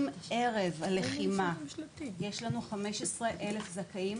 בערב הלחימה יש לנו כ-15,000 זכאים